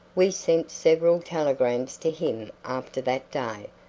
we sent several telegrams to him after that day,